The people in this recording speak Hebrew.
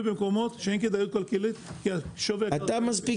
במקומות שבהם אין כדאיות כלכלית כי שווי הקרקע --- מספיק